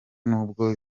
nubwo